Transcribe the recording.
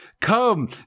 come